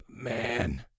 Man